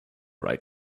right